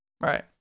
Right